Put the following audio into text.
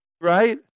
right